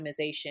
optimization